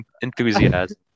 enthusiasm